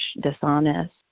dishonest